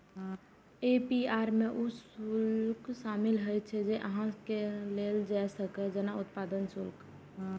APR मे ऊ शुल्क शामिल होइ छै, जे अहां सं लेल जा सकैए, जेना उत्पत्ति शुल्क